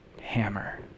hammer